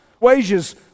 wages